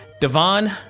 devon